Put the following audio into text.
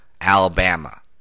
Alabama